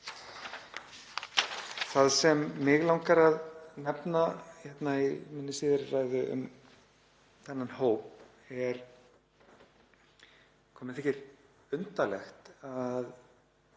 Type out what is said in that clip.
Það sem mig langar að nefna hérna í minni síðari ræðu um þennan hóp er hvað mér þykir undarlegt að